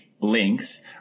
links